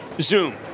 Zoom